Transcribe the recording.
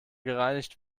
gereinigt